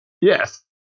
Yes